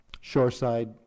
shoreside